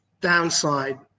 downside